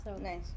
Nice